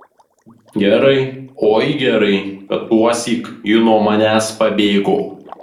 gerai oi gerai kad tuosyk ji nuo manęs pabėgo